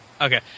Okay